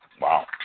Wow